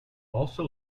also